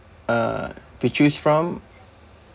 uh to choose from